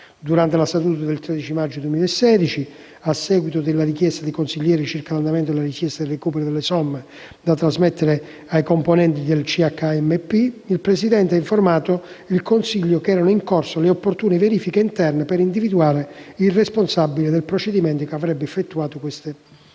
Durante la seduta del 13 maggio 2016, a seguito della richiesta dei consiglieri circa l'andamento della richiesta del recupero delle somme da trasmettere ai componenti CHMP, il presidente ha informato il consiglio che erano in corso le opportune verifiche interne per individuare il responsabile del procedimento che avrebbe effettuato questo